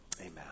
Amen